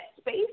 space